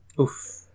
Oof